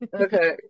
Okay